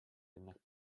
jednak